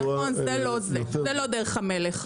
נכון, זאת לא דרך המלך.